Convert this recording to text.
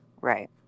right